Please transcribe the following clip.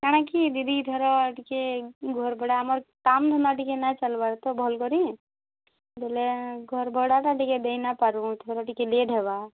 କାଣା କି ଦିଦି ଧର ଟିକେ ଘର୍ ଭଡ଼ା ଆମର୍ କାମ୍ ଧନ୍ଦା ଟିକେ ନାଇଁ ଚାଲ୍ବାର ତ ଭଲ୍ କରି ବୋଇଲେ ଘର୍ ଭଡ଼ାଟା ଟିକେ ଦେଇନାଇଁପାର୍ବୁ ଏଥର ଟିକେ ଲେଟ୍ ହେବା